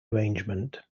arrangement